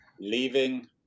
leaving